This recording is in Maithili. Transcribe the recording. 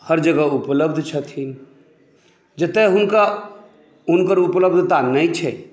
हर जगह उपलब्ध छथिन जेतऽ हुनका हुनकर उपलब्धता नहि छै